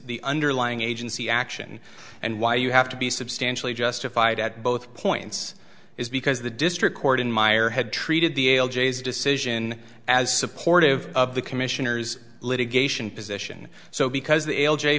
the underlying agency action and why you have to be substantially justified at both points is because the district court in myer had treated the ale j s decision as supportive of the commissioner's litigation position so because the l j